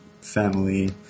family